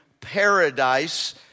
paradise